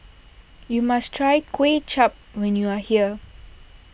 you must try Kuay Chap when you are here